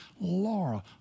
Laura